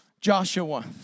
Joshua